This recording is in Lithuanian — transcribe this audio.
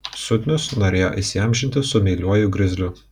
sudnius norėjo įsiamžinti su meiliuoju grizliu